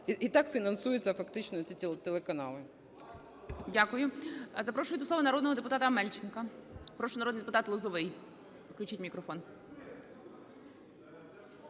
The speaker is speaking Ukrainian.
і так фінансуються фактично ці телеканали.